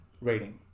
rating